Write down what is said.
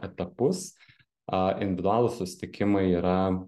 etapus a individualūs susitikimai yra